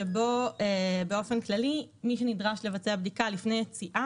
שבו באופן כללי מי שנדרש לבצע בדיקה לפני יציאה